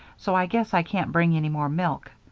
so i guess i can't bring any more milk.